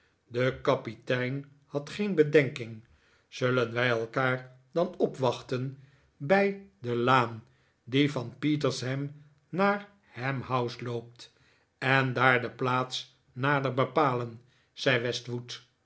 de kapitein had geen bedenking zullen wij elkaar dan opwachten bij de laan die van petersham naar ham house loopt en daar de plaats nader bepalen zei westwood